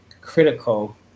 critical